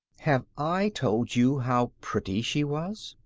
have i told you how pretty she was?